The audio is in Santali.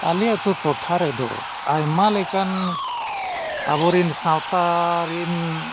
ᱟᱞᱮ ᱟᱛᱳ ᱴᱚᱴᱷᱟ ᱨᱮᱫᱚ ᱟᱭᱢᱟ ᱞᱮᱠᱟᱱ ᱟᱵᱚᱨᱮᱱ ᱥᱟᱶᱛᱟ ᱨᱤᱱ